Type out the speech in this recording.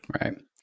Right